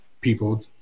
people